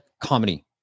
comedy